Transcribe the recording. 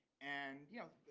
and, you know,